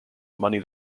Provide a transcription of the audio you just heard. money